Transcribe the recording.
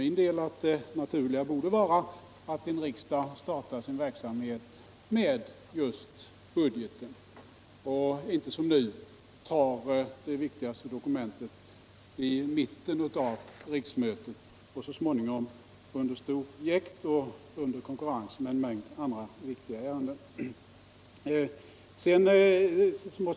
Jag anser att det naturliga borde vara att en riksdag startar sin verksamhet med just budgeten och inte som nu behandlar det viktigaste dokumentet i mitten av riksmötet under stort jäkt och under konkurrens med en mängd andra ärenden.